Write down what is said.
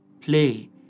play